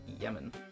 Yemen